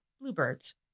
Bluebirds